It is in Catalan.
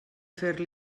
fer